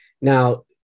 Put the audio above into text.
now